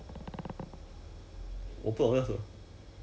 uh oh National Geographic 那边的 ha